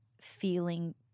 feeling